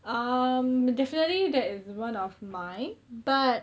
um definitely that is one of mine but